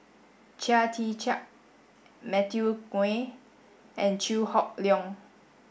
Chia Tee Chiak Matthew Ngui and Chew Hock Leong